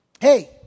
hey